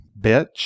bitch